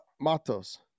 Matos